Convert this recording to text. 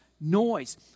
noise